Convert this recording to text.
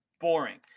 boring